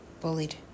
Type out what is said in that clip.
Bullied